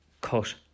cut